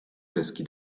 deski